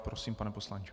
Prosím, pane poslanče.